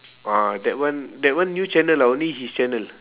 ah that one that one new channel lah only his channel